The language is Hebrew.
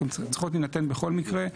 הן צריכות להינתן בכל מקרה.